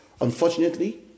Unfortunately